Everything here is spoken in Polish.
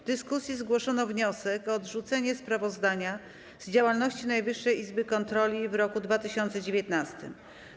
W dyskusji zgłoszono wniosek o odrzucenie sprawozdania z działalności Najwyższej Izby Kontroli w 2019 roku.